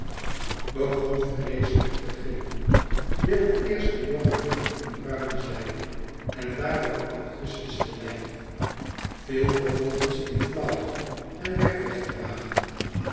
begon vreeselijk te gillen wilde eerst de jonge juffer in bruine zijde en daarop augustus te lijf viel vervolgens in flauwte en werd weggedragen